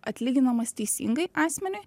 atlyginamas teisingai asmeniui